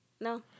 No